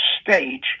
stage